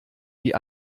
die